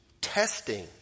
testing